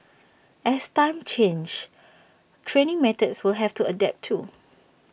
as times change training methods will have to adapt too